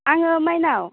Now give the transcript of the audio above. आङो माइनाव